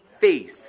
face